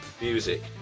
Music